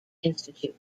institute